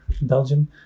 Belgium